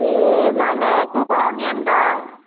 ए ल ल को को आउने अन्त